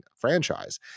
franchise